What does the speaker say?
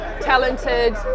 talented